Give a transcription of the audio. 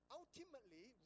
ultimately